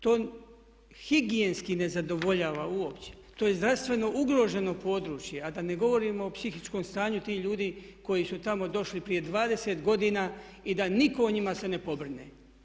To higijenski ne zadovoljava uopće, to je zdravstveno ugroženo područje a da ne govorimo o psihičkom stanju tih ljudi koji su tamo došli prije 20 godina i da nitko o njima se ne pobrine.